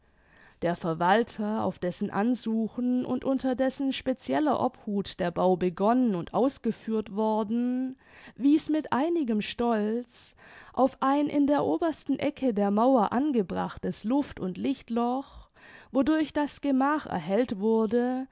der verwalter auf dessen ansuchen und unter dessen specieller obhut der bau begonnen und ausgeführt worden wies mit einigem stolz auf ein in der obersten ecke der mauer angebrachtes luft und lichtloch wodurch das gemach erhellt wurde